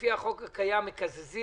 שלפי החוק הקיים מקזזים,